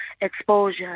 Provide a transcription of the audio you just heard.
exposure